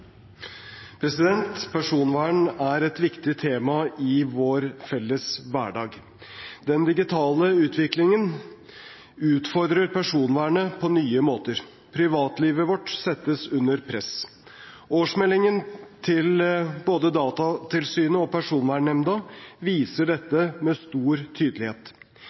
et viktig tema i vår felles hverdag. Den digitale utviklingen utfordrer personvernet på nye måter. Privatlivet vårt settes under press. Årsmeldingene til både Datatilsynet og Personvernnemnda viser dette med stor tydelighet.